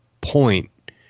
point